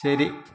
ശരി